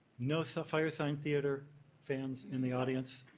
no sapphire sign theodore fans in the audience?